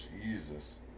Jesus